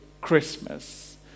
Christmas